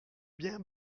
bien